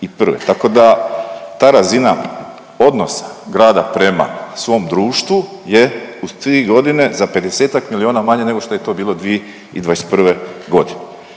Tako da ta razina odnosa grada prema svom društvu je u tri godine za 50-ak milijuna manje nego što je to bilo 2021. godine.